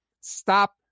Stop